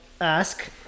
ask